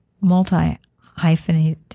multi-hyphenate